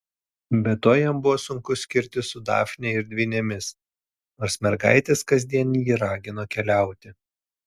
be to jam buvo sunku skirtis su dafne ir dvynėmis nors mergaitės kasdien jį ragino keliauti